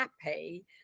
happy